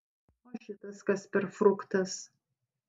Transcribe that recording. o šitas kas per fruktas